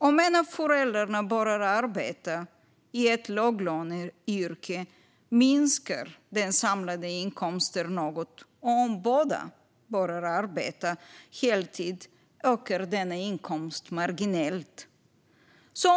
Om en av föräldrarna börjar arbeta i ett låglöneyrke minskar den samlade inkomsten något, och om båda börjar arbeta heltid ökar inkomsten marginellt.